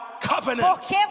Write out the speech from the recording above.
covenant